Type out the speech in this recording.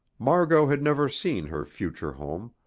margot had never seen her future home,